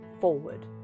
forward